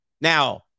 Now